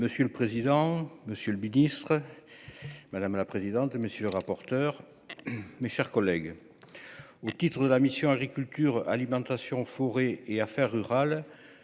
Monsieur le président, Monsieur le Ministre, madame la présidente, monsieur le rapporteur, mes chers collègues, au titre de la mission Agriculture alimentation forêt et affaires rurales,